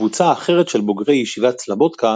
קבוצה אחרת של בוגרי ישיבת סלבודקה